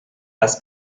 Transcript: las